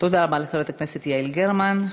תודה רבה לחברת הכנסת יעל גרמן.